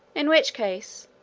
in which case,